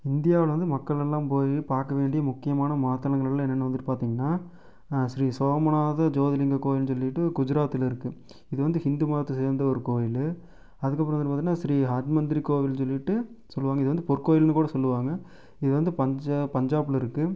இந்தியாவில் வந்து மக்கள் எல்லாம் போய் பார்க்க வேண்டிய முக்கியமான மத தலங்கள்லாம் என்னன்னு வந்துட்டு பார்த்திங்கனா ஸ்ரீ சோமநாத ஜோதிலிங்க கோயில்ன்னு சொல்லிட்டு குஜராத்ல இருக்குது இது வந்து ஹிந்து மதத்தை சேர்ந்த ஒரு கோயில் அதுக்கப்புறம் வந்துட்டு பார்த்திங்கனா ஸ்ரீ ஹர்மந்திரி கோவில்ன்னு சொல்லிட்டு சொல்லுவாங்கள் இது வந்து பொற்கோயில்னு கூட சொல்லுவாங்கள் இது வந்து பஞ்ச பஞ்சாப்ல இருக்குது